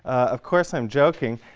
of course, i'm joking.